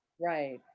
right